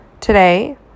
Today